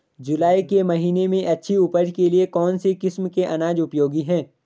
जुलाई के महीने में अच्छी उपज के लिए कौन सी किस्म के अनाज उपयोगी हैं?